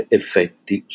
effetti